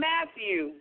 Matthew